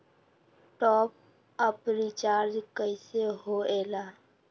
Top up recharge कइसे होएला?